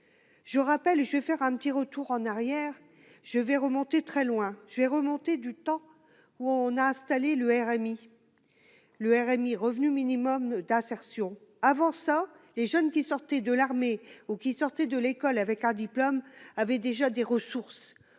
je rappelle et je vais faire un petit retour en arrière, je vais remonter très loin, j'ai remonté du temps où on a installé le RMI le RMI revenu minimum d'insertion, avant ça, les jeunes qui sortaient de l'armée ou qui sortaient de l'école avec un diplôme, avait déjà des ressources,